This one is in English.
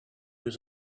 was